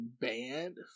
banned